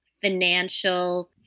financial